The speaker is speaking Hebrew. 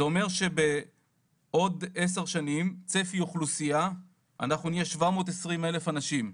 זה אומר שעוד עשר שנים צפי האוכלוסייה הוא שאנחנו נהיה 720,000 אנשים.